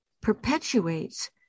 perpetuates